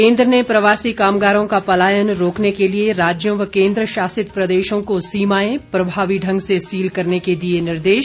केन्द्र ने प्रवासी कामगारों का पलायन रोकने के लिए राज्यों व केन्द्र शासित प्रदेशों को सीमाएं प्रभावी ढंग से सील करने के दिए निर्देश